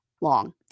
long